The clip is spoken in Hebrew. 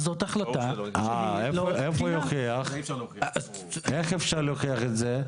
אז זו החלטה --- איך אפשר להוכיח את זה?